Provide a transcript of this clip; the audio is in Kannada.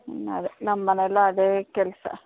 ಹ್ಞೂ ಅದೇ ನಮ್ಮ ಮನೆಲ್ಲೂ ಅದೇ ಕೆಲಸ